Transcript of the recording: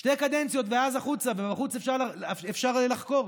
שתי קדנציות ואז החוצה, ובחוץ אפשר יהיה לחקור.